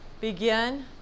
begin